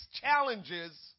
challenges